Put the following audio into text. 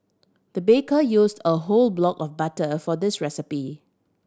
the baker used a whole block of butter for this recipe